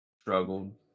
struggled